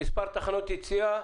מספר תחנות יציאה,